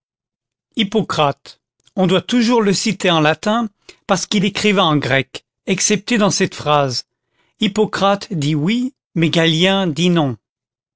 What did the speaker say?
hippocrate on doit toujours le citer en latin parce qu'il écrivait en grec excepté dans cette phrase hippocrate dit oui mais galien dis non